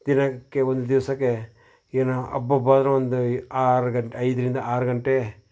ದಿನಕ್ಕೆ ಒಂದು ದಿವಸಕ್ಕೆ ಏನು ಅಬ್ಬಬ್ಬಾ ಅಂದ್ರೂ ಒಂದು ಆರು ಗಂಟೆ ಐದರಿಂದ ಆರು ಗಂಟೆ